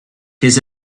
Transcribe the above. his